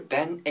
Ben